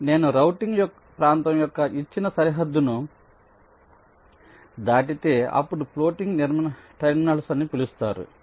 net routing ప్రాంతం యొక్క ఇచ్చిన సరిహద్దును దాటితే అప్పుడు ఫ్లోటింగ్ టెర్మినల్స్ అని పిలుస్తారు